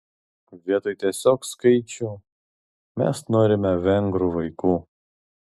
vietoj tiesiog skaičių mes norime vengrų vaikų